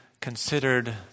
considered